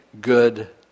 good